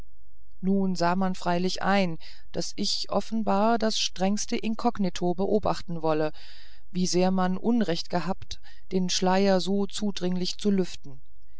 nun sah man freilich ein da ich offenbar das strengste inkognito beobachten wolle wie sehr man unrecht gehabt den schleier so zudringlich zu lüften